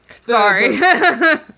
Sorry